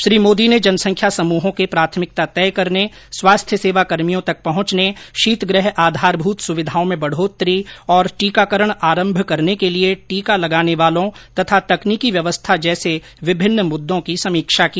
श्री मोदी ने जनसंख्या समूहों के प्राथमिकता तय करने स्वास्थ्य सेवा कर्मियों तक पहंचने शीतगृह आधारभूत सुविधाओं में बढ़ोतरी तथा टीकाकरण आरंभ करने के लिए टीका लगाने वालों और तकनीकी व्यवस्था जैसे विभिन्न मुद्दों की समीक्षा की